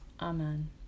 amen